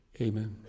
Amen